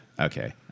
Okay